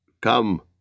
Come